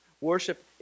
Worship